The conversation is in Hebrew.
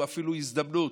הוא אפילו הזדמנות,